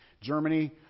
Germany